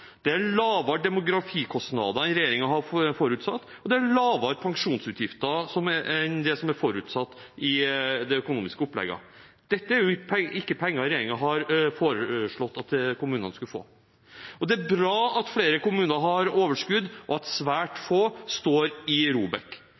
det er lavere demografikostnader enn regjeringen har forutsatt, og det er lavere pensjonsutgifter enn det som er forutsatt i det økonomiske opplegget. Dette er jo ikke penger regjeringen har foreslått at kommunene skulle få. Det er bra at flere kommuner har overskudd, og at svært